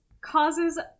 causes